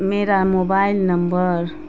میرا mobile number